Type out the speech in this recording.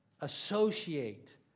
associate